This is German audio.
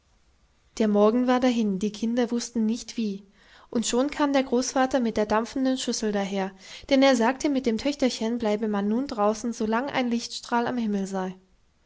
der morgen war dahin die kinder wußten nicht wie und schon kam der großvater mit der dampfenden schüssel daher denn er sagte mit dem töchterchen bleibe man nun draußen solang ein lichtstrahl am himmel sei